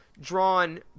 drawn